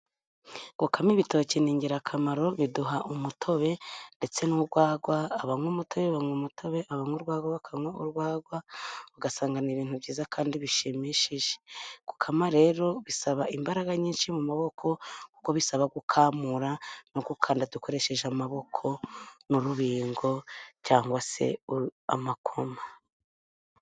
Gukama ibitoki n'ingirakamaro, biduha umutobe ndetse n'urwagwa, abanywa umutobe banywa umutobe ndetse abanywa urwagwa bakanywa urwagwa, ugasanga n'ibintu byiza kandi bishimishije. Gukama rero bisaba imbaraga nyinshi mu maboko kuko bisaba gukamura no gukanda dukoresheje amaboko n'urubingo cyangwa se amakoma.